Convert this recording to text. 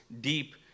deep